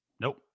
Nope